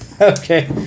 Okay